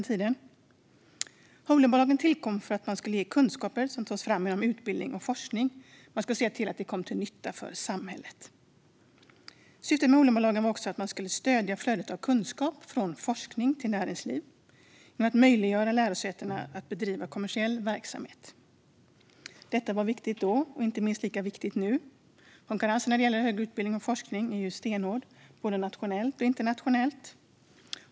Holdingbolag kom till för att de kunskaper som togs fram inom utbildning och forskning skulle komma till nytta för samhället. Syftet med holdingbolagen var också att stödja flödet av kunskap från forskning till näringsliv genom att möjliggöra för lärosätena att bedriva kommersiell verksamhet. Detta var viktigt då och är minst lika viktigt nu. Konkurrensen när det gäller högre utbildning och forskning är stenhård både nationellt och internationellt.